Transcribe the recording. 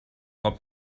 خواب